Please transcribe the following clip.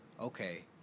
okay